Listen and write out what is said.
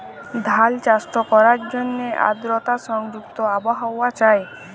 ধাল চাষট ক্যরার জ্যনহে আদরতা সংযুক্ত আবহাওয়া চাই